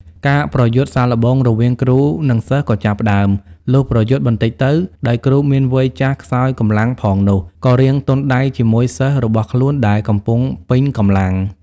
ការប្រយុទ្ធសាកល្បងរវាងគ្រូ និងសិស្សក៏ចាប់ផ្ដើម លុះប្រយុទ្ធបន្តិចទៅ ដោយគ្រូមានវ័យចាស់ខ្សោយកម្លាំងផងនោះ ក៏រាងទន់ដៃជាមួយសិស្សរបស់ខ្លួនដែលកំពុងពេញកម្លាំង ។